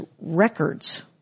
Records